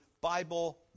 Bible